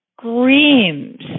screams